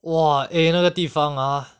!wah! eh 那个的地方 ah